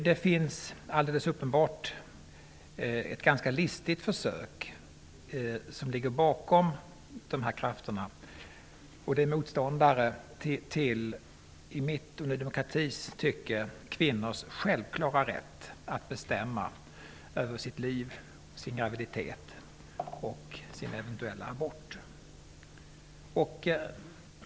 Bakom ligger alldeles uppenbart ett ganska listigt försök från motståndare att komma åt det som i mitt och Ny demokratis tycke är kvinnors självklara rätt att betämma över sitt liv, sin graviditet och sin eventuella abort.